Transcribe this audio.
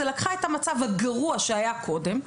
היא לקחה את המצב הגרוע שהיה קודם,